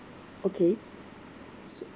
okay so